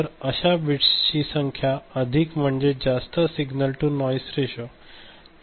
तर अशा बिट्सची संख्या अधिक म्हणजे जास्त सिग्नल टू नॉईस रेशो